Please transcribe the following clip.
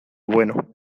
bueno